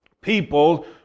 people